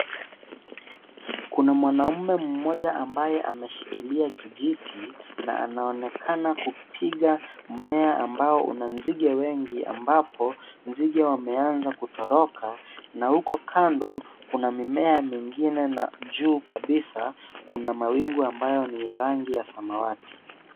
Kuna mwanaume mmoja ambaye ameshikilia kijiti na anaonekana kupiga mmea ambao una nzige wengi ambapo nzige wameanza kutoroka na huko kando kuna mimea mengine na juu kabisa kuna mawingu ambayo ni ya rangi ya samawati.